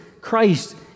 Christ